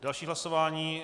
Další hlasování.